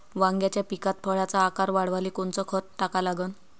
वांग्याच्या पिकात फळाचा आकार वाढवाले कोनचं खत टाका लागन?